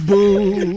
Boo